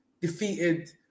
defeated